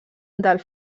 del